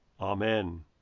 Amen